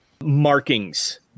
markings